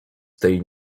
tej